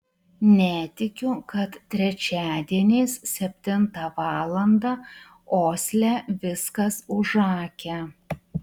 netikiu kad trečiadieniais septintą valandą osle viskas užakę